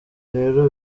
rero